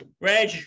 Reg